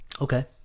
Okay